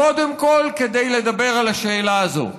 קודם כול כדי לדבר על השאלה הזו: